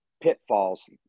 pitfalls